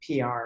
PR